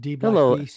Hello